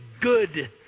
good